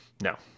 No